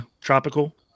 Tropical